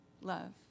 love